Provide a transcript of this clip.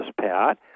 Pat